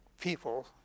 people